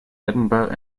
edinburgh